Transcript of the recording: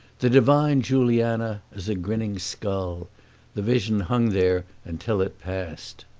the divine juliana as a grinning skull the vision hung there until it passed.